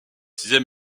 sixième